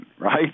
right